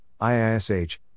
IISH